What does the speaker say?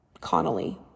Connolly